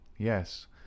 Yes